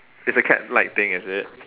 it's a cat like thing is it